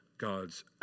God's